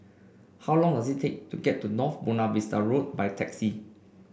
how long does it take to get to North Buona Vista Road by taxi